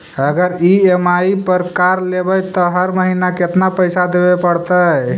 अगर ई.एम.आई पर कार लेबै त हर महिना केतना पैसा देबे पड़तै?